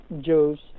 Jews